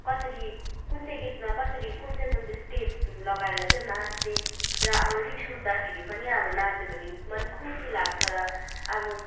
कसरी कुन चाहिँ गितमा कसरी कुन चाहिँ कुन चाहिँ स्टेप लगाएर चाहिँ नाच्ने र अब रिस उँठदाखेरि पनि अब नाच्यो भने मन खुसि लाग्छ र अब